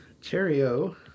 Cherry-o